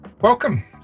Welcome